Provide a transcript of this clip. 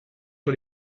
sur